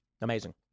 Amazing